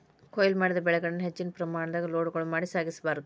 ಕೋಯ್ಲು ಮಾಡಿದ ಬೆಳೆಗಳನ್ನ ಹೆಚ್ಚಿನ ಪ್ರಮಾಣದಾಗ ಲೋಡ್ಗಳು ಮಾಡಿ ಸಾಗಿಸ ಬಾರ್ದು